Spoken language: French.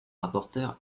rapporteur